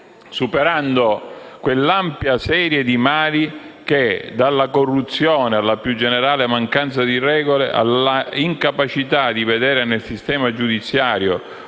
superando quell'ampia serie di mali che, dalla corruzione alla più generale mancanza di regole, alla incapacità di vedere nel sistema giudiziario